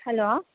hello